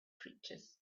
creatures